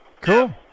Cool